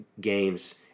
games